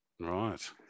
Right